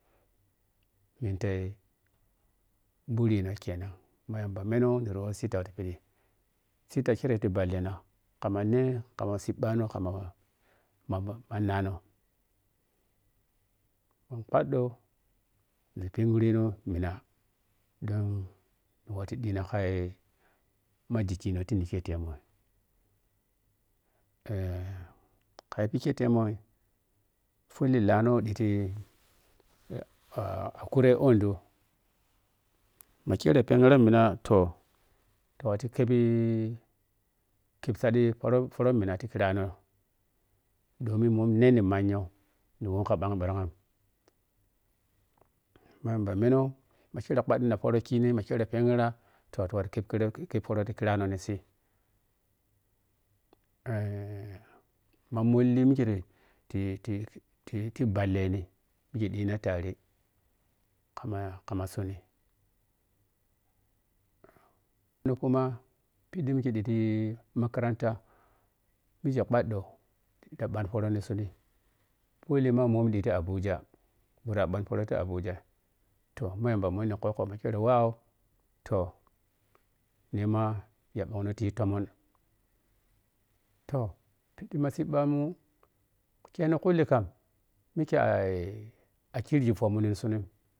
Nitei burina kenan ma yamba meno niri wor sittau ti piɗi sittau khirei ti balleno khama neī, kha cib bano khama ma mannano mau kpaɗau na penghureno mina don ni watu ɗina kai ma ghikkhino ti nikhe temoi katagikhe temoi folle lano ma ɗiti akure ondo makeho penghirina mina toh, ta wato kebi keb saɗi.- foro foro mena ti khirano, domin momo ne manyo ne. Womni kha bang miran ghi. Ma yamba menow ma khero kpaɗina poro khini ma khero penghirna toh ta watu keb foro ti khirano ninsi ma mulni mukhe ti ti balleni mikhe ɗina tare khama khama suni ni khuma pidi mo mikhe diti makaranta mikhe kpaddo ti ɓan foro ni duni folle ma momi ɗiti abuja wora ban foro ti abuja tohma gamba muni kokko ma kyero wa toh nima yabongno tiyi tommon. Toh. Piɗima cibbamu khu kheno kuli kham mikhe ai. A khirigi fomun nin sunu.